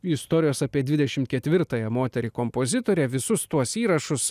istorijos apie dvidešimt ketvirtąją moterį kompozitorę visus tuos įrašus